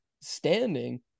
standing